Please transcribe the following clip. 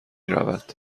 رود